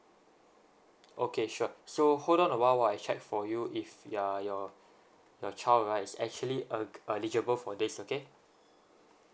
okay sure so hold on a while while I check for you if ya your your child right is actually uh eligible for this okay